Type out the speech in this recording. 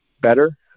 better